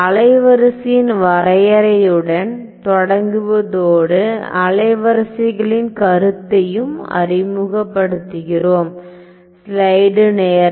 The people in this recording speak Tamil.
அலைவரிசையின் வரையறையுடன் தொடங்குவதோடு அலைவரிசைகளின் கருத்தையும் அறிமுகப்படுத்துகிறோம்